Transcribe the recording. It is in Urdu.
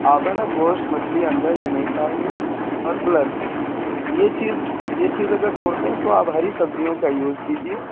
آپ ہے نا گوشت مچھلی انڈا یہ نہیں کھائیں گے اور پلس یہ چیز یہ چیز اگر چھوڑتے ہیں تو آپ ہری سبزیوں کا یوز کیجیے